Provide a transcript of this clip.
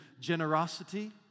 generosity